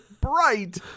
bright